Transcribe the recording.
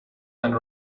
and